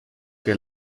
que